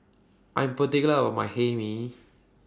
I Am particular about My Hae Mee